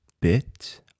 bit